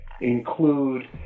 include